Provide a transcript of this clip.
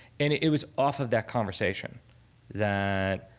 and it was off of that conversation that